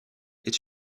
est